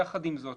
יחד עם זאת